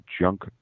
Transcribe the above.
junk